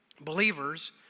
believers